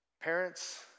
Parents